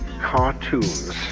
cartoons